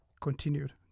continued